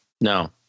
no